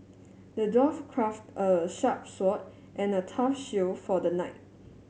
the dwarf crafted a sharp sword and a tough shield for the knight